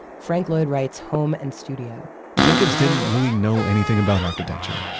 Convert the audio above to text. frank lloyd wright's home and studio jacobs didn't really know anything about architecture,